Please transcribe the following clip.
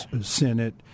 Senate